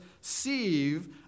sieve